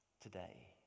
today